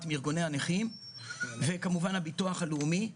מארגוני הנכים וכמובן הביטוח הלאומי.